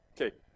Okay